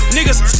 Niggas